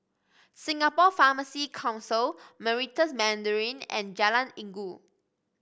Singapore Pharmacy Council Meritus Mandarin and Jalan Inggu